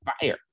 fire